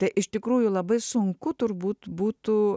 tai iš tikrųjų labai sunku turbūt būtų